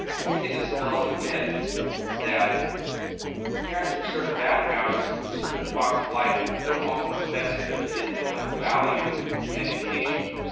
i think it dispels a myth that parents from certain backgrounds, from certain walks of life, don't want what's best for their kids. that they don't value an education.